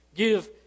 Give